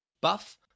Buff